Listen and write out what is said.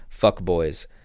fuckboys –